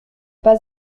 pas